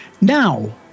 Now